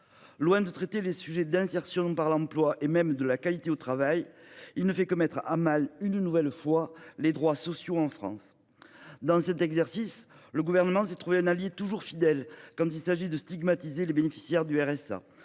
Loin de traiter des sujets d’insertion par l’emploi ou de qualité du travail, il ne fait que mettre à mal une nouvelle fois les droits sociaux en France. Dans cet exercice, le Gouvernement s’est trouvé un allié toujours fidèle quand il s’agit de stigmatiser les bénéficiaires du RSA.